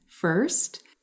first